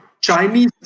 Chinese